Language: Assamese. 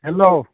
হেল্ল'